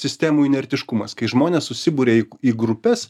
sistemų inertiškumas kai žmonės susiburia į grupes